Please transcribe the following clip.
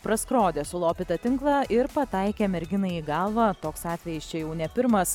praskrodė sulopytą tinklą ir pataikė merginai į galvą toks atvejis čia jau ne pirmas